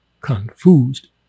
Confused